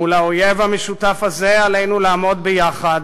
מול האויב המשותף הזה עלינו לעמוד ביחד